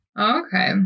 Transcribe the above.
Okay